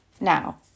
Now